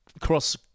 cross